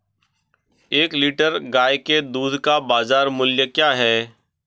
एक लीटर गाय के दूध का बाज़ार मूल्य क्या है?